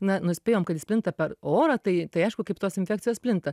na nuspėjom kad jis plinta per orą tai tai aišku kaip tos infekcijos plinta